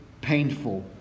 painful